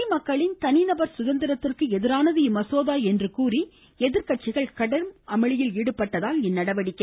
குடிமக்களின் தனிநபர் சுதந்திரத்திற்கு எதிரானது இம்மசோதா என்று கூறி எதிர்க்கட்சிகள் கடும் அமளியில் ஈடுபட்டதால் இந்நடவடிக்கை